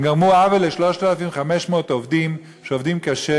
הם גרמו עוול ל-3,500 עובדים שעובדים קשה